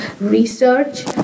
research